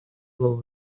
will